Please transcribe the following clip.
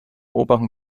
oberen